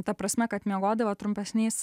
ta prasme kad miegodavo trumpesniais